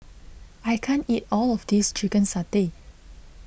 I can't eat all of this Chicken Satay